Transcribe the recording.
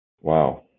Wow